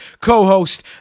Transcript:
co-host